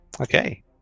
Okay